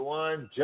one